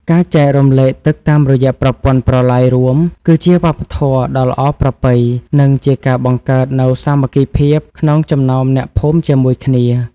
ការចែករំលែកទឹកតាមរយៈប្រព័ន្ធប្រឡាយរួមគឺជាវប្បធម៌ដ៏ល្អប្រពៃ និងជាការបង្កើតនូវសាមគ្គីភាពក្នុងចំណោមអ្នកភូមិជាមួយគ្នា។